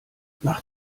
nach